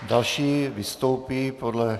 Další vystoupí podle...